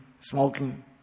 smoking